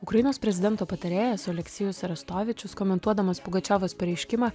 ukrainos prezidento patarėjas aleksejus rastovičius komentuodamas pugačiovas pareiškimą